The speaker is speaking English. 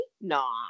No